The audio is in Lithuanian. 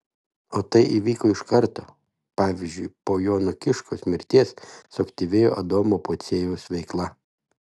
o tai įvyko iš karto pavyzdžiui po jono kiškos mirties suaktyvėjo adomo pociejaus veikla